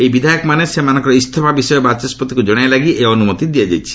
ଏହି ବିଧାୟକମାନେ ସେମାନଙ୍କର ଇସ୍ତଫା ବିଷୟ ବାଚସ୍ୱତିଙ୍କୁ ଜଣାଇବା ଲାଗି ଏହି ଅନୁମତି ଦିଆଯାଇଛି